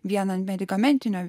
vienam medikamentinio